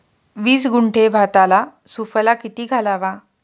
वीस गुंठे भाताला सुफला किती घालावा?